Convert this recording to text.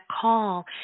call